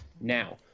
Now